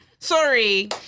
Sorry